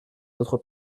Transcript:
autres